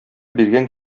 биргән